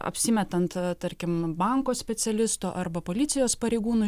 apsimetant tarkim banko specialistu arba policijos pareigūnu